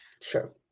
sure